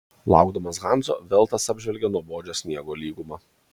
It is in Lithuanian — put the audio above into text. laukdamas hanso veltas apžvelgė nuobodžią sniego lygumą